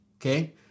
okay